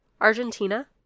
Argentina